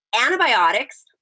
antibiotics